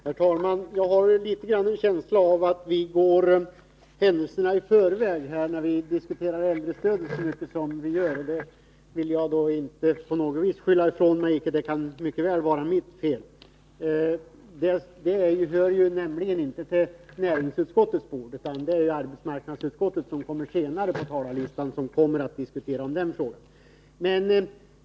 Torsdagen den Herr talman! Jag har en känsla av att vi går händelserna i förväg när vi 19 maj 1983 diskuterar äldrestödet så mycket som vi nu gör. Jag vill inte på något sätt skylla ifrån mig, för det kan mycket väl vara mitt fel. Detta är ingalunda Åtgärder för tekonäringsutskottets bord, utan det är företrädare för arbetsmarknadsutskottet som kommer att diskutera frågan senare.